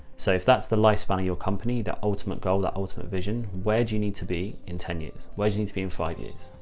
so if that's the life span of your company, that ultimate goal, that ultimate vision, where do you need to be in ten years? where's you need to be in five years.